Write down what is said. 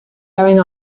going